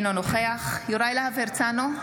אינו נוכח יוראי להב הרצנו,